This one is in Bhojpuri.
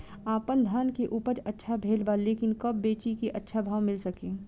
आपनधान के उपज अच्छा भेल बा लेकिन कब बेची कि अच्छा भाव मिल सके?